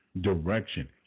direction